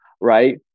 right